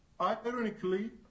Ironically